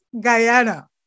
Guyana